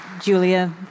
Julia